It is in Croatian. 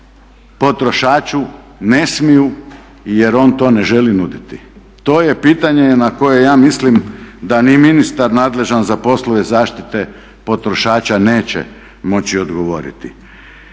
potrošaču ne smiju jer on to ne želi nuditi. To je pitanje na koje ja mislim da ni ministar nadležan za poslove zaštite potrošača neće moći odgovoriti.